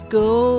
go